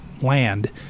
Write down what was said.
land